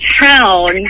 town